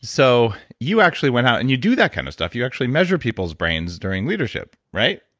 so you actually went out and you do that kind of stuff. you actually measured people's brains during leadership, right?